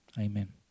Amen